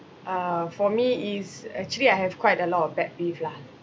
uh for me is actually I have quite a lot of pet peeve lah